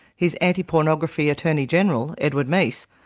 his anti-pornography attorney-general, edward meese,